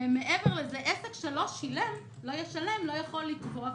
מעבר לזה, עסק שלא ישלם לא יכול לתבוע.